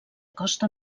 costa